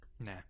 nah